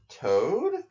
toad